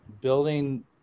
building